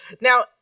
Now